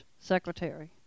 secretary